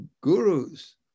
gurus